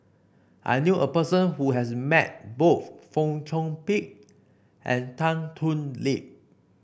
I knew a person who has met both Fong Chong Pik and Tan Thoon Lip